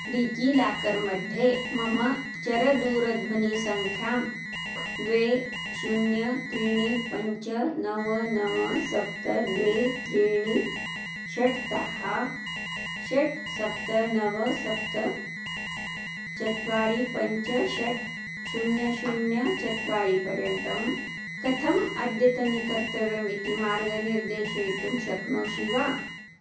DigiLocker मध्ये मम चरदूरध्वनिसङ्ख्यां द्वे शून्यं त्रीणि पञ्च नव नव सप्त द्वे त्रीणि षट् षट् सप्त नव सप्त चत्वारि पञ्च षट् शून्यं शून्यं चत्वारि पर्यन्तं कथम् अद्यतनीकर्तव्यम् इति मार्गं निर्देशयितुं शक्नोषि वा